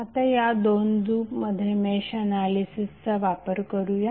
आता या दोन लूपमध्ये मेश एनालिसिसचा वापर करूया